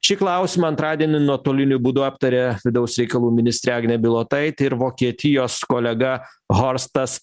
šį klausimą antradienį nuotoliniu būdu aptarė vidaus reikalų ministrė agnė bilotaitė ir vokietijos kolega horstas